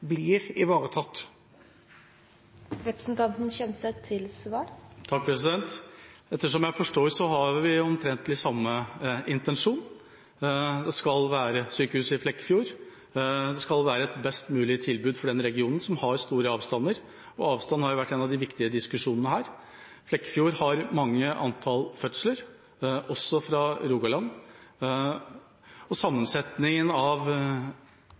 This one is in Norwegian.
blir ivaretatt? Ettersom jeg forstår, har vi omtrent samme intensjon. Det skal være sykehus i Flekkefjord, det skal være et best mulig tilbud for den regionen, som har store avstander, og avstanden har vært en av de viktige diskusjonene her. Flekkefjord har mange fødsler, også fra Rogaland, og sammensetningen av